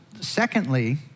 Secondly